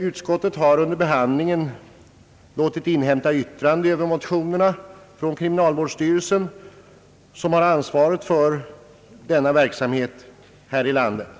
Utskottet har under behandlingen låtit inhämta yttrande över motionerna från kriminalvårdsstyrelsen som har ansvaret för denna verksamhet här i landet.